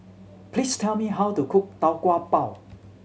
please tell me how to cook Tau Kwa Pau